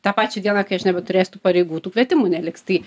tą pačią dieną kai aš nebeturėsiu tų pareigų tų kvietimų neliks tai